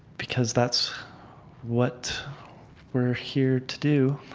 because that's what we're here to do.